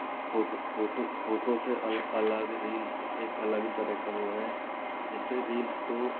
photo photo photo से अलग reels एक अलग ही तरह का वो है जिससे रिल्स को